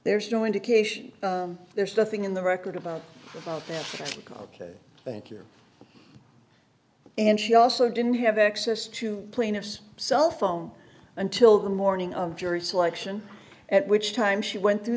there's no indication there's nothing in the record about oh ok thank you and she also didn't have access to plaintiff's cell phone until the morning of jury selection at which time she went through